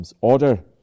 order